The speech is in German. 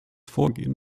vorgehen